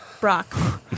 Brock